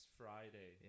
friday